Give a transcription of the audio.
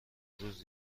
روز